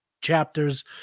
chapters